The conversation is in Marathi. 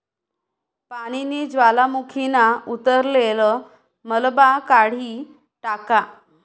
पानीनी ज्वालामुखीना उतरलेल मलबा काढी टाका